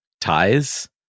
ties